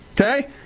Okay